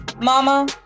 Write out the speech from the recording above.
mama